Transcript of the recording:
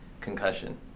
concussion